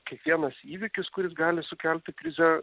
kiekvienas įvykis kuris gali sukelti krizę